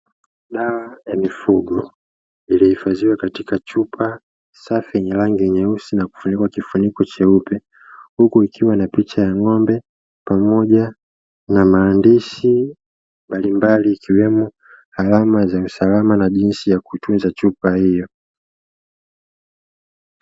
Dawa ya mifugo, iliyohifadhiwa katika chupa safi yenye rangi nyeusi na kufunikwa kifuniko cheupe, huku ikiwa na picha ya ng’ombe pamoja na maandishi mbalimbali ikiwemo alama za usalama na jinsi ya kuitunza chupa hiyo.